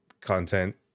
content